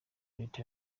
leta